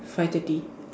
five thirty